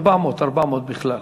400. 400, בכלל.